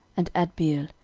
and adbeel,